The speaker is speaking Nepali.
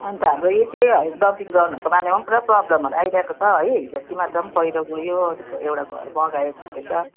अन्त हाम्रो यो त्यही डम्पिङ ग्राउन्डहरूको बारेमा पनि पुरा प्रोब्लेमहरू आइराको छ है हिजस्ति मात्रै पनि पैह्रो गोयो एउटा घर बगायो भन्दैछ